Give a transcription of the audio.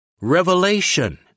Revelation